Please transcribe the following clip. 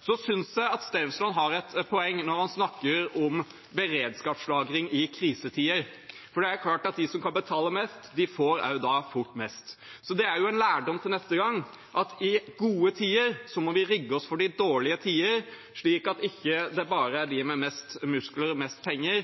Så synes jeg at Stensland har et poeng når han snakker om beredskapslagring i krisetider, for det er klart at de som kan betale mest, også fort får mest. Det er en lærdom til neste gang: I gode tider må vi rigge oss for de dårlige tider, slik at det ikke bare er de med mest muskler og mest penger